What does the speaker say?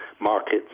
markets